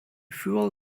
fuel